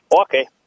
Okay